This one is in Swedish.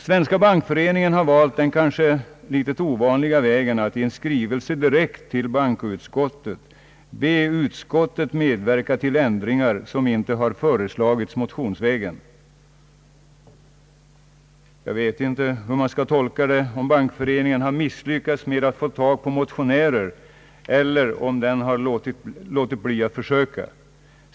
Svenska bankföreningen har valt den kanske något ovanliga vägen att i en skrivelse direkt till bankoutskottet be utskottet medverka till ändringar som inte har föreslagits motionsvägen. Jag vet inte om detta skall tolkas så att Bankföreningen har misslyckats med att få tag på motionärer eller så att den inte har försökt.